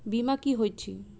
बीमा की होइत छी?